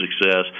success